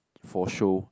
for show